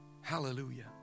Hallelujah